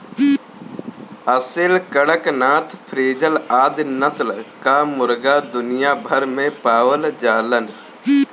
Aseel, Kadaknath, frizzle आदि नस्ल कअ मुर्गा दुनिया भर में पावल जालन